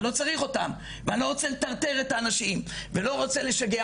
אני לא צריך אותם ואני לא רוצה לטרטר את הנשים ולא רוצה לשגע